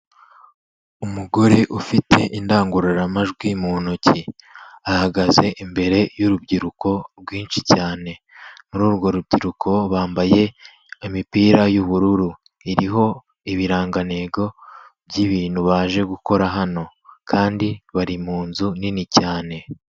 Umugore ufite indangururamajwi mu ntoki, ahagaze imbere y'urubyiruko rwinshi cyane, muri urwo rubyiruko bambaye imipira y'ubururu, iriho ibirangantego by'ibintu baje gukora hano kandi bari mu nzu nini cyane.